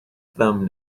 thumb